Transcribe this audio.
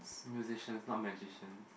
musicians not magicians